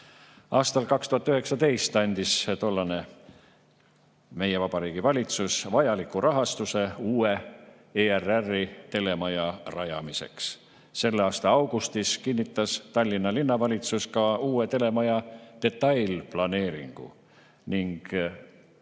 Aastal 2019 andis tollane Vabariigi Valitsus vajaliku rahastuse ERR‑i uue telemaja rajamiseks. Selle aasta augustis kinnitas Tallinna Linnavalitsus ka uue telemaja detailplaneeringu ning